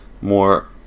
more